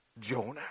Jonah